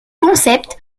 concept